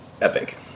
epic